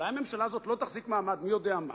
אולי הממשלה הזאת לא תחזיק מעמד מי יודע מה?